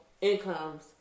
incomes